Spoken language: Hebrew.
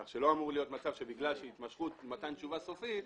כך שלא אמור להיות מצב שבגלל התמשכות מתן תשובה סופית,